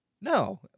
No